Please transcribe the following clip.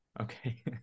okay